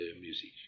music